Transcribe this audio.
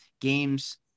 games